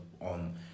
on